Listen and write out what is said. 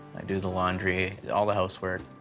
i do the laundry, all the housework,